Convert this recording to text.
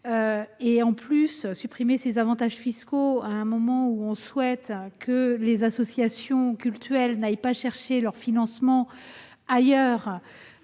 En outre, supprimer ces avantages fiscaux à un moment où l'on souhaite que les associations cultuelles n'aillent pas chercher leur financement ailleurs